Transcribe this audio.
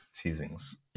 teasings